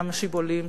"ים השיבולים",